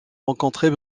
rencontrés